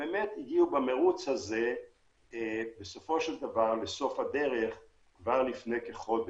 ובאמת הגיעו במרוץ הזה לסוף הדרך כבר לפני כחודש.